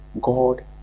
god